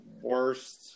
worst